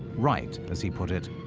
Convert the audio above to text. right, as he put it,